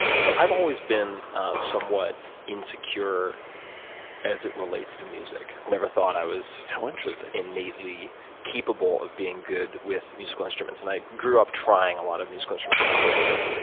so i've always been somewhat insecure as it relates to music. i've never thought i was how interesting. innately capable of being good with musical instruments. and i grew up trying a lot of musical instruments and quitting them,